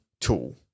tool